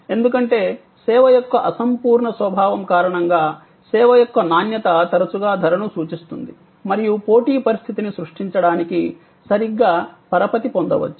ఎందుకంటే సేవ యొక్క అసంపూర్ణ స్వభావం కారణంగా సేవ యొక్క నాణ్యత తరచుగా ధరను సూచిస్తుంది మరియు పోటీ పరిస్థితిని సృష్టించడానికి సరిగ్గా పరపతి పొందవచ్చు